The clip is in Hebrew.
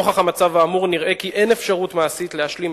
נוכח המצב האמור נראה כי אין אפשרות מעשית להשלים